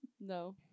No